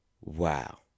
wow